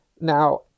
now